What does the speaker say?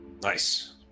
Nice